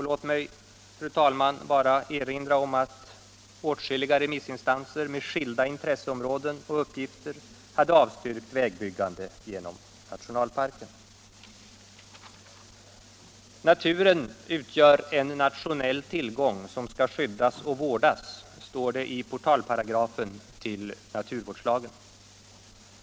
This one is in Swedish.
Låg mig, fru talman, bara erinra om att åtskilliga remissinstanser med skilda intresseområden och uppgifter hade avstyrkt vägbyggande genom nationalparken. Naturen utgör en nationell tillgång som skall skyddas och vårdas, står det i portalparagrafen i naturvårdslagen.